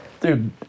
Dude